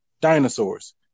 Dinosaurs